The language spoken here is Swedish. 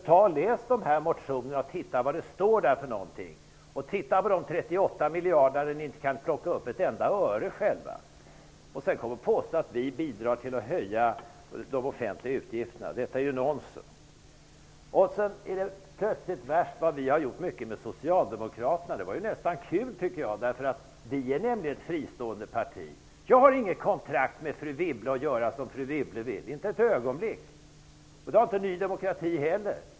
Ta och läs våra motioner och se vad som står där! Titta på de 38 miljarderna, när ni inte kan plocka upp ett enda öre själva. Att sedan komma och påstå att vi bidrar till att höja de offentliga utgifterna är nonsens. Det var värst vad vi har gjort mycket tillsammans med Socialdemokraterna. Det var nästan kul tycker jag, därför att vi är nämligen ett fristående parti. Jag har inget kontrakt med fru Wibble att göra som fru Wibble vill, inte ett ögonblick. Det har inte Ny demokrati heller.